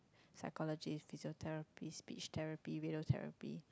psychologist physiotherapist speech therapy video therapy